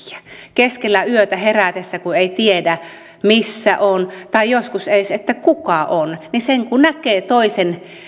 keskellä yötä herätessä kun ei tiedä missä on tai joskus ei edes että kuka on niin se kun näkee toisen